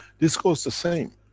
this goes the same.